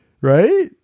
right